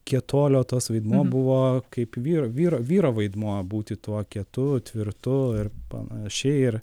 kietuolio tas vaidmuo buvo kaip vyro vyro vyro vaidmuo būti tuo kietu tvirtu ir panašiai ir